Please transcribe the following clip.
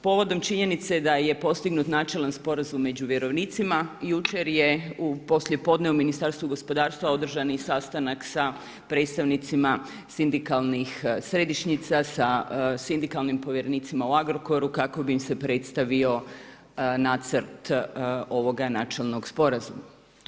Povodom činjenice da je postignut načelan sporazum među vjerovnicima, jučer je u poslijepodne u Ministarstvu gospodarstva, održan i sastanak sa predstavnicima sindikalnih središnjica sa sindikalnim povjerenicima u Agrokoru, kako bi im se predstavio nacrt ovoga načelnog sporazuma.